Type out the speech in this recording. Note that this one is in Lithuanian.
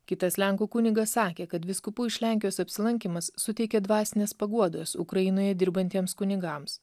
kitas lenkų kunigas sakė kad vyskupų iš lenkijos apsilankymas suteikė dvasinės paguodos ukrainoje dirbantiems kunigams